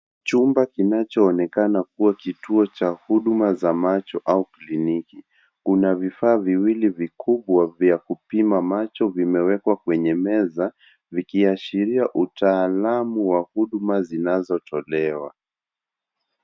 Chumba kinachoonekana kuwa kituo cha huduma za macho au kliniki. Kuna vifaa viwili vikubwa vya kupima macho vimewekwa kwenye meza vikiashiria utaalamu wa huduma zinazotolewa.